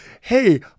hey